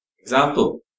Example